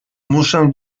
muszę